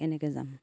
কেনেকে যাম